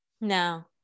no